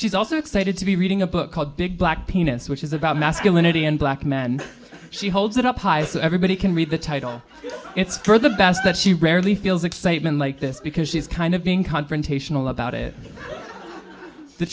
she's also excited to be reading a book called big black penis which is about masculinity and black men she holds it up high so everybody can read the title it's for the best that she rarely feels excitement like this because she's kind of being confrontational about it the